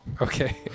Okay